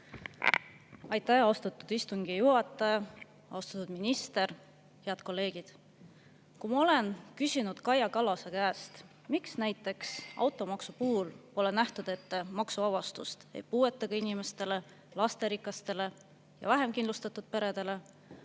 Aitäh, austatud istungi juhataja! Austatud minister! Head kolleegid! Kui ma olen küsinud Kaja Kallase käest, miks näiteks automaksu puhul pole nähtud ette maksuvabastust ei puuetega inimestele ega lasterikastele ja vähem kindlustatud peredele,